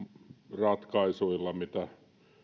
ratkaisuilla mitä